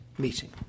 meeting